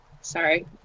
Sorry